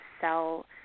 sell